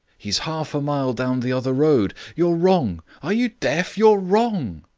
he's half a mile down the other road. you're wrong. are you deaf? you're wrong!